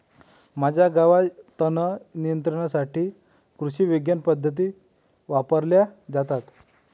माझ्या गावात तणनियंत्रणासाठी कृषिविज्ञान पद्धती वापरल्या जातात